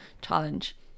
challenge